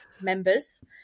members